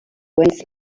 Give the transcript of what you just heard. wins